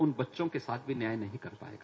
उन बच्चों के साथ भी न्याय नहीं कर पायेगा